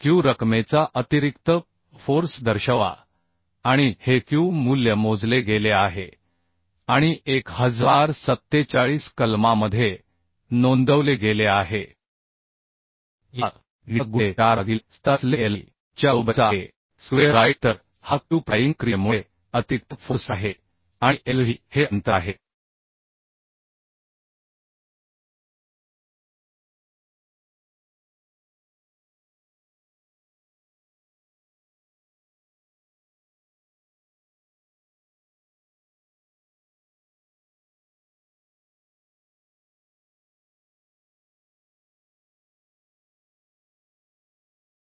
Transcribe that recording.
Q रकमेचा अतिरिक्त force दर्शवा आणि हे Q मूल्य मोजले गेले आहे आणि 1047 कलमामध्ये नोंदवले गेले आहे कलम 1047 मध्ये तुम्हाला प्रायिंग फोर्सचा तपशील मिळेल जिथे त्याचा उल्लेख आहे की क्यू हा lv भागिले 2le गुणिले Te वजा बीटा गुणिले ईटा